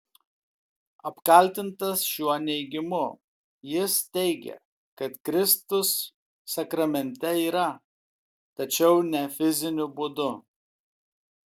apkaltintas šiuo neigimu jis teigė kad kristus sakramente yra tačiau ne fiziniu būdu